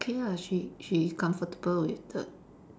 okay ah she she comfortable with the